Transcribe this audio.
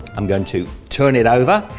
i'm going to turn it over.